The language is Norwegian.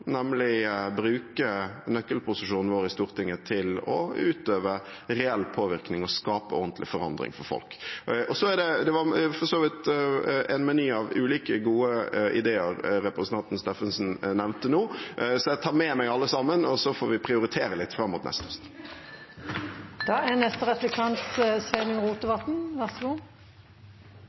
nemlig å bruke nøkkelposisjonen vår på Stortinget til å utøve reell påvirkning og skape ordentlig forandring for folk. Det var for så vidt en meny av ulike gode ideer representanten Steffensen nevnte nå, så jeg tar med meg alle sammen, og så får vi prioritere litt fram mot